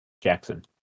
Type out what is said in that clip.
Jackson